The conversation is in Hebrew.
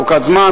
ארכת זמן,